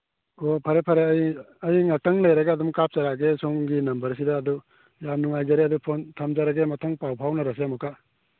ꯑꯣ ꯐꯔꯦ ꯐꯔꯦ ꯑꯩ ꯑꯩ ꯉꯥꯛꯇꯪ ꯂꯩꯔꯒ ꯑꯗꯨꯝ ꯀꯥꯞꯆꯔꯛꯑꯒꯦ ꯁꯣꯝꯒꯤ ꯅꯝꯕꯔꯁꯤꯗ ꯑꯗꯨꯝ ꯌꯥꯝ ꯅꯨꯡꯉꯥꯏꯖꯔꯦ ꯑꯗꯨ ꯐꯣꯟ ꯊꯝꯖꯔꯒꯦ ꯃꯊꯪ ꯄꯥꯎ ꯐꯥꯎꯅꯔꯁꯦ ꯑꯃꯨꯛꯀ